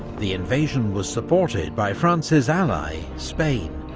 the invasion was supported by france's ally, spain,